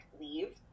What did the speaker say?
leave